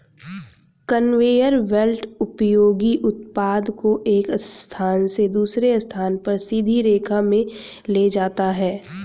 conveyor belt उपयोगी उत्पाद को एक स्थान से दूसरे स्थान पर सीधी रेखा में ले जाता है